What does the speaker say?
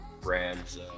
brands